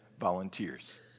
volunteers